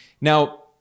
Now